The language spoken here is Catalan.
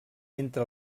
entre